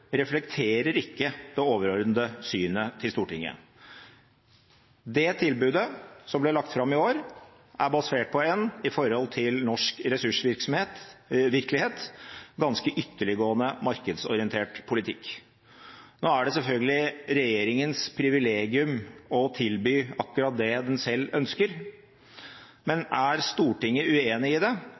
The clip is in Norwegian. reflekterer ikke det overordnede synet til Stortinget. Det tilbudet som ble lagt fram i år, er i forhold til norsk ressursvirkelighet basert på en ganske ytterliggående markedsorientert politikk. Nå er det selvfølgelig regjeringens privilegium å tilby akkurat det den selv ønsker, men er Stortinget uenig i det,